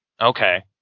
Okay